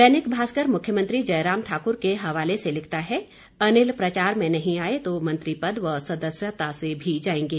दैनिक भास्कर मुख्यमंत्री जयराम ठाकुर के हवाले से लिखता है अनिल प्रचार में नहीं आए तो मंत्रीपद व सदस्या से भी जाएंगे